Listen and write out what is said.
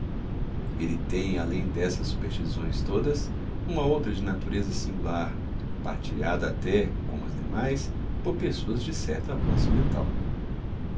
ele tem além dessas superstições todas uma outra de natureza singular partilhada até como as demais por pessoas de certo avanço mental